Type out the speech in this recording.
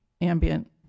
ambient